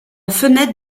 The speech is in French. fenêtre